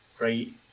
Right